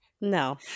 no